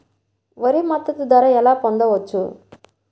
వరి మద్దతు ధర ఎలా పొందవచ్చు?